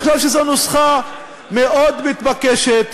אני חושב שזו נוסחה מאוד מתבקשת,